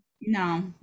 No